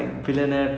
ya